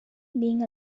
being